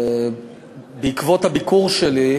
בעקבות הביקור שלי,